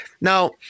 Now